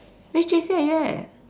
which J_C are you at